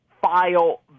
file